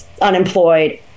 unemployed